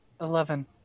eleven